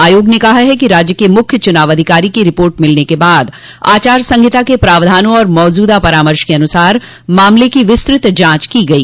आयोग ने कहा है कि राज्य के मुख्य चुनाव अधिकारी की रिपोर्ट मिलने के बाद आचार संहिता के प्रावधानों और मौजूदा परामर्श के अनुसार मामले की विस्तृत जांच की गई